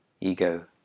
ego